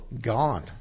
Gone